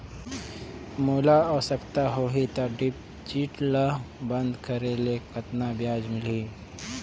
मोला आवश्यकता होही त डिपॉजिट ल बंद करे ले कतना ब्याज मिलही?